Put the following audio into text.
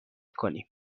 کنیم